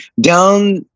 down